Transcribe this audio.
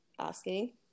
asking